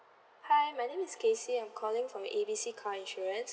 hi my name is kacey I'm calling from A B C car insurance